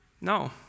No